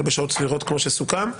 אלא בשעות סבירות כמו שסוכם.